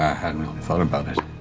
ah hadn't thought about it.